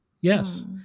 Yes